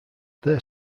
their